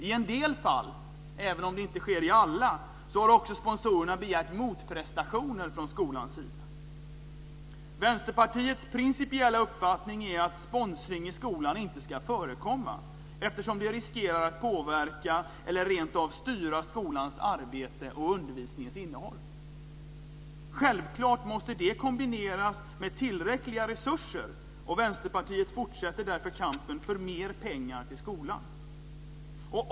I en del fall, även om det inte sker i alla, har också sponsorerna begärt motprestationer från skolans sida. Vänsterpartiets principiella uppfattning är att sponsring i skolan inte ska förekomma, eftersom det riskerar att påverka eller rentav styra skolans arbete och undervisningens innehåll. Självklart måste det kombineras med tillräckliga resurser, och Vänsterpartiet fortsätter därför kampen för mer pengar till skolan.